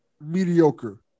mediocre